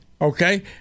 Okay